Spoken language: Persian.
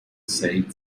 سعید